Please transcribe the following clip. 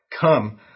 Come